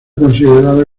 considerada